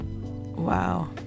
wow